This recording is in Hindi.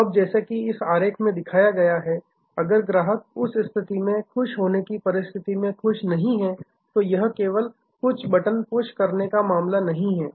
अब जैसा कि इस आरेख में दिखाया गया है अगर ग्राहक उस स्थिति में खुश होने की परिस्थिति में खुश नहीं है तो यह केवल कुछ बटन पुश करने का मामला नहीं है